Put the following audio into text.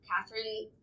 Catherine